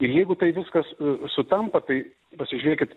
ir jeigu tai viskas sutampa tai pasižiūrėkit